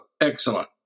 excellent